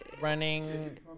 Running